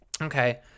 okay